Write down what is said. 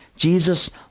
Jesus